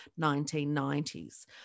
1990s